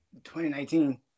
2019